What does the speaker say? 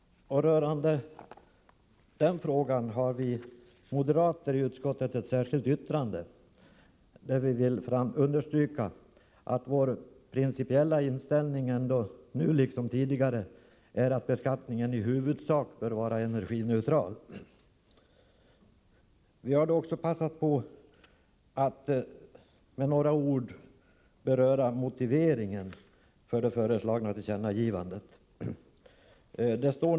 I den frågan har vi moderater i utskottet ett särskilt yttrande. Vi understryker att vår principiella inställning nu liksom tidigare är att beskattningen i huvudsak bör vara energineutral. Vi har med några ord berört motiveringen för det föreslagna tillkännagivandet.